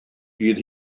bydd